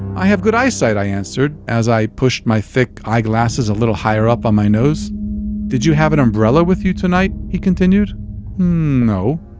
i have good eye-sight, i answered, as i pushed my thick eyeglasses a little higher up on my nose did you have an umbrella with you tonight? he continued no.